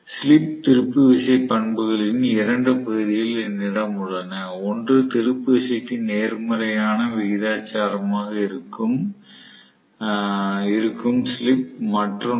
slip திருப்பு விசை பண்புகளின் 2 பகுதிகள் என்னிடம் உள்ளன ஒன்று திருப்பு விசைக்கு நேர்மறையான விகிதாசாரமாக இருக்கும் ஸ்லிப் மற்றொன்று